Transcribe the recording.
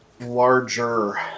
Larger